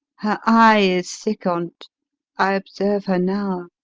her eye is sick on't i observe her now.